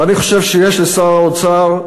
ואני חושב שיש לשר האוצר,